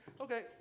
Okay